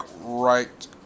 right